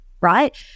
right